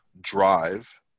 drive